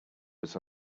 was